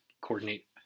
coordinate